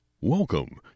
Welcome